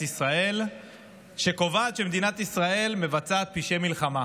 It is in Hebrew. ישראל שקובעת שמדינת ישראל מבצעת פשעי מלחמה.